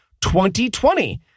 2020